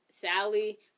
Sally